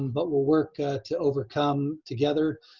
and but we'll work to overcome together.